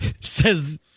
Says